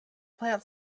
plant